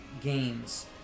games